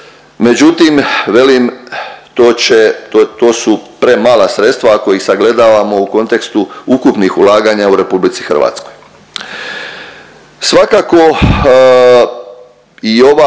Međutim, velim to će, to su premala sredstva ako ih sagledavamo u kontekstu ukupnih ulaganja u Republici Hrvatskoj.